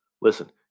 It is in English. Listen